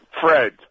Fred